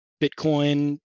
Bitcoin